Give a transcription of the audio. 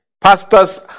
Pastors